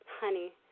honey